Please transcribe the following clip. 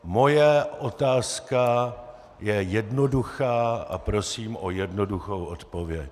Moje otázka je jednoduchá a prosím o jednoduchou odpověď.